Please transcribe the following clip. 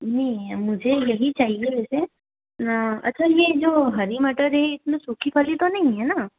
नहीं मुझे यही चाहिए वैसे हाँ अच्छा ये जो हरी मटर है इसमें सूखी वाली तो नहीं है न